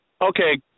Okay